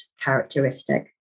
characteristic